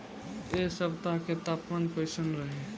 एह सप्ताह के तापमान कईसन रही?